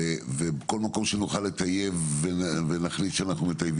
ובכל מקום שנוכל לטייב נטייב.